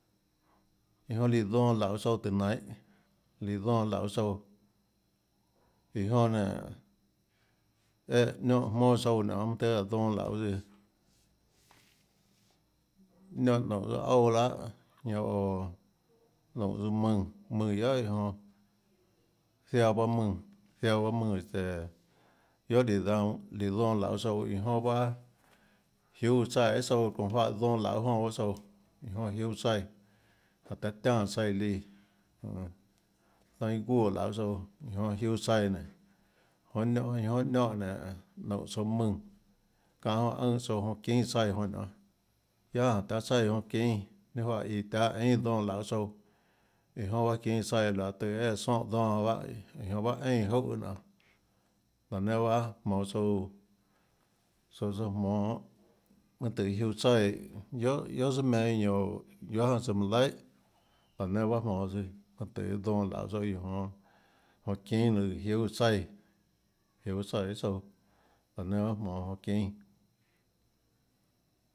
Iã jonã líã donã lauê tsouã tùhå nainhå líã donã lauê tsouã iã jonã nénå éhã niónã jmónâ tsouã nionê mønâ tøhê áå donã lauê tsøã niónã noúnå tøã ouã lahâ ñanã ooå noúnå tsøã mùnã mùnã guiohà iã jonã ziaã bahâ mùnã ziaã bahâ mùnã este guiohà líâ daunã líã donã lauê tsouã iã jonã bahâ jiúâ tsaíã guiohà tsouã çonã juáhã donã lauê jonã bahâ tsouã iã jonã jiúâ tsaíã jánhå taã tianè tsaíã líã jmm jainå guuè lauê tsouã jonã jiúâ tsaíã nénå jonã niónå jonã niónã nénå noúnå tsouã mùnã çáhã jonã ùnhã tsouã jonã çínã tsaíã jonã nionê guiaâ jánhå taã tsaíã jonã çínâ ninâ juáhã iå taã eínâ donã lauê tsouã iã jonã bahâ çínâ tsaíã laå tøhê iâ aã sónhã donã jonã bahâ iã jonã baâ eínã júhã tsøã nonê laã nenã bahâ jmonå tsouã tsouã tsøã jmonå mønâ tøhê jiúâ tsaíã guiohà guiohà sùà meinhâ ñanã oå guiohà janã tsøã manã laihà laã nenã bahâ jmonå tsøã mønâ tøhê donã lauê tsouã iã jmonå iã jonã çínâ jiúâ tsaíã jiúâ tsaíã guiohà tsouã laã nenã nahâ jmonå çínâ.